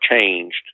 changed